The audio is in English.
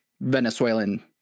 venezuelan